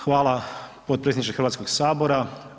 Hvala potpredsjedniče Hrvatskog sabora.